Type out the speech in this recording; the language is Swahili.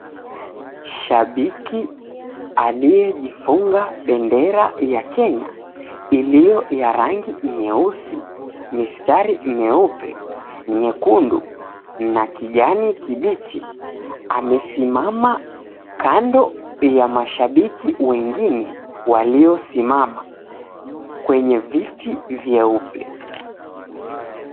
Shabiki aliyejifunga bendera ya Kenya iliyo na rangi nyeusi, mistari nyeupe, nyekundu na kijani kibichi amesimama kando ya mashabiki wengine waliosimama kwenye viti vyeupe.